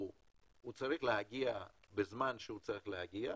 הוא צריך להגיע בזמן שהוא צריך להגיע,